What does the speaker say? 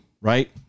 right